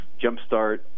jumpstart